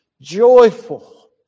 joyful